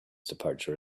departure